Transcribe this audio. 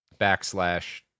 backslash